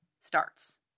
starts